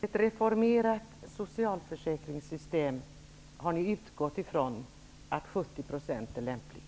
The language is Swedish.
Herr talman! Min sista replik: I ett reformerat socialförsäkringssystem har Ny demokrati utgått ifrån att 70 % är lämpligt.